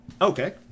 okay